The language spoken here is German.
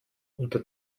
unter